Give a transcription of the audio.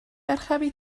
archebu